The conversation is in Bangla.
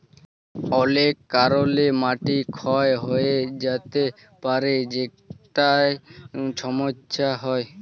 অলেক কারলে মাটি ক্ষয় হঁয়ে য্যাতে পারে যেটায় ছমচ্ছা হ্যয়